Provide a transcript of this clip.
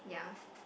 yeah